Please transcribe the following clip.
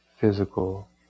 physical